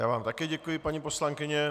Já vám také děkuji, paní poslankyně.